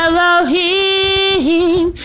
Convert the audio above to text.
Elohim